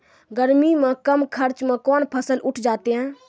गर्मी मे कम खर्च मे कौन फसल उठ जाते हैं?